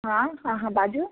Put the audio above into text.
हँ अहाँ बाजू